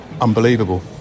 unbelievable